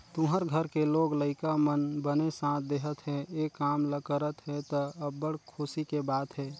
तुँहर घर के लोग लइका मन बने साथ देहत हे, ए काम ल करत हे त, अब्बड़ खुसी के बात हे